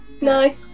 No